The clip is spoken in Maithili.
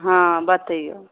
हँ बतैऔ